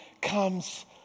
comes